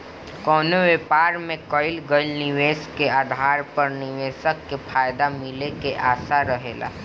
कवनो व्यापार में कईल गईल निवेश के आधार पर निवेशक के फायदा मिले के आशा रहेला